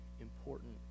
important